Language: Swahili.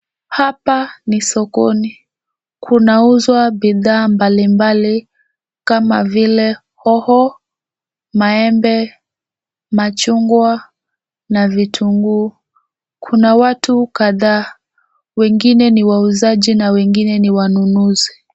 Hapa ni sokoni. Kunauzwa bidhaa mbalimbali kama vile hoho, maembe, machungwa na vitunguu. Kuna watu kadhaa wengine ni wauzaji na wengine ni wanunuzi.